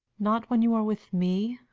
not when you are with me?